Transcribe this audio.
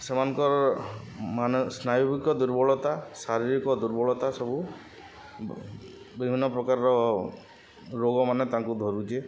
ସେମାନଙ୍କର ମାନ ସ୍ନାୟୁବିକ ଦୁର୍ବଳତା ଶାରୀରିକ ଦୁର୍ବଳତା ସବୁ ବିଭିନ୍ନ ପ୍ରକାରର ରୋଗମାନେ ତାଙ୍କୁ ଧରୁଛି